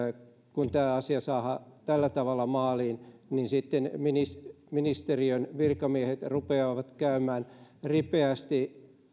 kun tämä asia saadaan tällä tavalla maaliin niin sitten ministeriön virkamiehet rupeavat käymään ripeästi